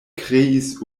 kreis